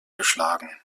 geschlagen